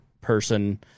person